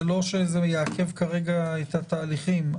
זה לא שזה יעכב כרגע את התהליכים.